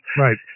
Right